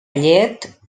llet